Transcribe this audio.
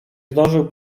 zdążył